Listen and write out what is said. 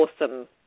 awesome